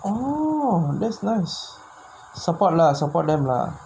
oh business support lah support them lah